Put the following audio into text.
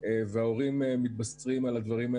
בשנה